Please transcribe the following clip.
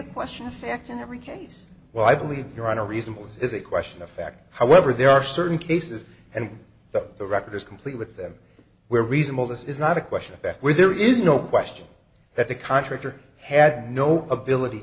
a question fact in every case well i believe you're on a reasonable is a question of fact however there are certain cases and that the record is complete with them where reasonable this is not a question that where there is no question that the contractor had no ability